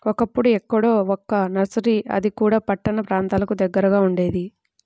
ఒకప్పుడు ఎక్కడో ఒక్క నర్సరీ అది కూడా పట్టణ ప్రాంతాలకు దగ్గరగా ఉండేది